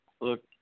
look